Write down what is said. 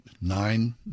Nine